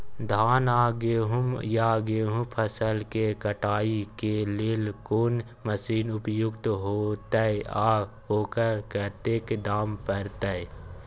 धान आ गहूम या गेहूं फसल के कटाई के लेल कोन मसीन उपयुक्त होतै आ ओकर कतेक दाम परतै?